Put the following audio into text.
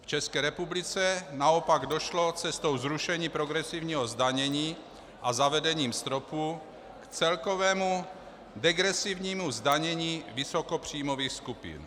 V České republice naopak došlo cestou zrušení progresivního zdanění a zavedením stropu k celkovému degresivnímu zdanění vysokopříjmových skupin.